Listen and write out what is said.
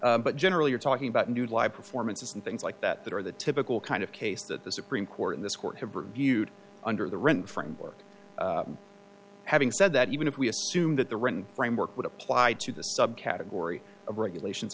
but generally we're talking about a new live performance and things like that that are the typical kind of case that the supreme court in this court have reviewed under the written framework having said that even if we assume that the written framework would apply to the subcategory of regulations